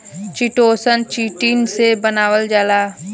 chitosan, chitin से बनावल जाला